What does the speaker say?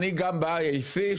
גם ב-IAC,